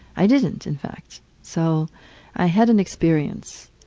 i didn't, in fact. so i had an experience